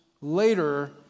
later